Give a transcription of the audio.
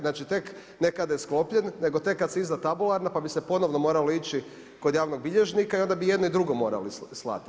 Znači tek ne kada je sklopljen nego tek kada se izda tabularna pa bi se ponovno moralo ići kod javnog bilježnika i onda bi jedno i drugo morali slati.